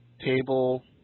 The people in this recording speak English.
Table